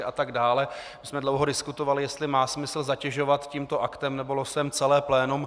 My jsme dlouho diskutovali, jestli má smysl zatěžovat tímto aktem nebo losem celé plénum.